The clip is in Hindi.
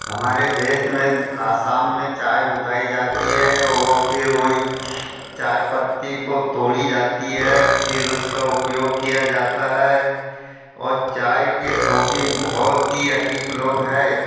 हमारे देश में आसाम में चाय उगाई जाती है औ फिर वही चाय पत्ती को तोड़ी जाती है फिर उसका उपयोग किया जाता है और चाय के शौक़ीन बहुत ही अधिक लोग हैं